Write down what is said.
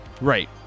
right